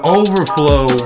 overflow